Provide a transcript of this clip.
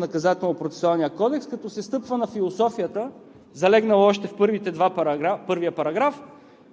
Наказателно-процесуалния кодекс, като се стъпва на философията, залегнала още в първия параграф,